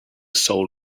soul